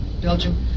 Belgium